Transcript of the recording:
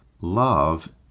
love